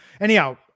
anyhow